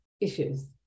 issues